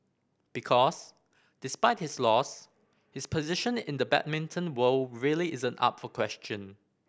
because despite his loss his position in the badminton world really isn't up for question